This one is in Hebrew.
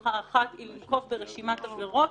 טכניקה אחת היא לנקוב ברשימת עבירות.